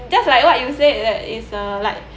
just like what you said that is uh like